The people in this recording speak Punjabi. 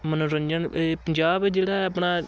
ਮਨੋਰੰਜਨ ਇਹ ਪੰਜਾਬ ਜਿਹੜਾ ਹੈ ਆਪਣਾ